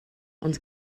ond